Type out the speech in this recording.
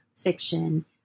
fiction